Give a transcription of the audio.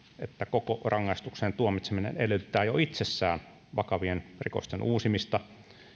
että koko rangaistukseen tuomitseminen edellyttää jo itsessään vakavien rikosten uusimista